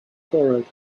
forehead